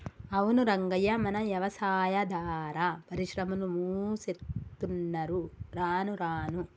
అవును రంగయ్య మన యవసాయాదార పరిశ్రమలు మూసేత్తున్నరు రానురాను